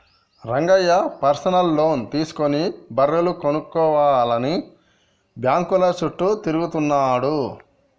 Rangayya personal loan తీసుకుని బర్రెలు కొనుక్కోవాలని బ్యాంకుల చుట్టూ తిరుగుతున్నాడు